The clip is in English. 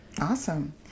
Awesome